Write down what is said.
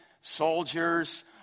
soldiers